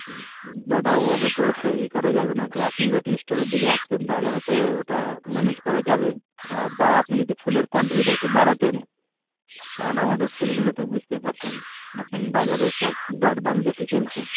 দাদা ওভাবে তো এই করা যাবে না যে আপনি যদি একটু স্টোরের দিকে আসতেন তাহলে হয়তো ওটা ম্যানেজ করা যাবে বা আপনি যদি ফুলের কোয়ান্টিটিটা একটু বাড়াতেন কারণ আমাদের ফুলগুলো তো বুঝতে পারছেন এখন বাজারে সব দরদাম বেশি চলছে